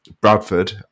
Bradford